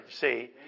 see